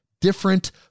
different